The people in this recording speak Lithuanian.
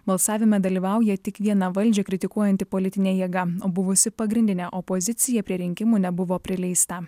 balsavime dalyvauja tik viena valdžią kritikuojanti politinė jėga buvusi pagrindinė opozicija prie rinkimų nebuvo prileista